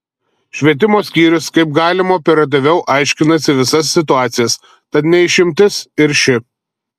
švietimo skyrius kaip galima operatyviau aiškinasi visas situacijas tad ne išimtis ir ši